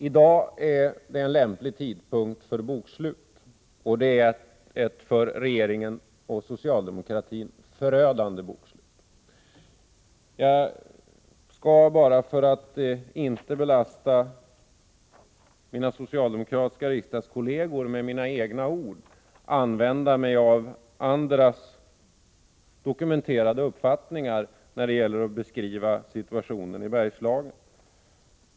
I dag är en lämplig tidpunkt för bokslut, och det är ett för regeringen och socialdemokratin förödande bokslut. För att inte belasta mina socialdemokratiska riksdagskolleger med mina egna ord skall jag använda mig av andras dokumenterade uppfattningar när det gäller att beskriva situationen i Bergslagen.